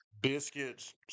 biscuits